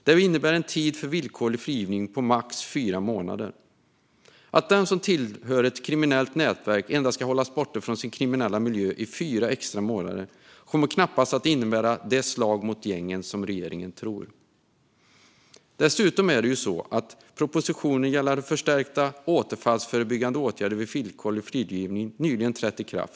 Det innebär en tid för villkorlig frigivning på max fyra månader. Att den som tillhör ett kriminellt nätverk ska hållas borta från sin kriminella miljö i endast fyra extra månader kommer knappast att innebära det slag mot gängen som regeringen tror. Dessutom har det som föreslogs i propositionen Förstärkta återfallsförebyggande åtgärder vid villkorlig frigivning nyligen trätt i kraft.